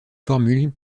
formule